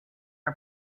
are